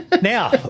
Now